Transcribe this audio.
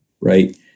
right